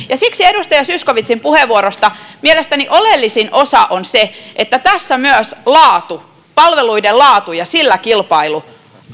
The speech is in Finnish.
ja siksi edustaja zyskowiczin puheenvuorosta mielestäni oleellisin osa on se että tässä myös laatu palveluiden laatu ja sillä kilpailu